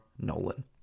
Nolan